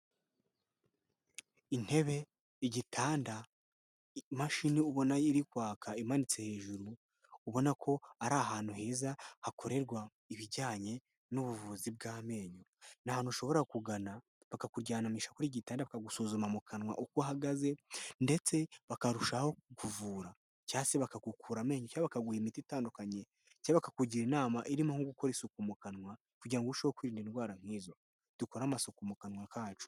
Intebe, igitanda, imashini ubonako iri kwaka imanitse hejuru ubona ko ari ahantu heza hakorerwa ibijyanye n'ubuvuzi bw'amenyo, ni ahantu ushobora kugana bakakuryamisha kugitanda bakagusuzuma mu kanwa uko uhagaze ndetse bakarushaho kukuvura cya se bakagukura amenyo cyangwa bakaguha imiti itandukanye ndetse bakakugira inama irimo nko gukora isuku mu kanwa kugira ngo urusheho kwirinda indwara nk'izo dukora amasuku mu kanwa kacu.